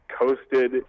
coasted